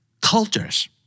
Cultures